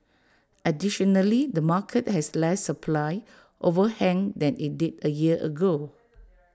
additionally the market has less supply overhang than IT did A year ago